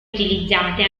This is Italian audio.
utilizzate